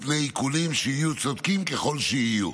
מפני עיקולים, יהיו צודקים ככל שיהיו.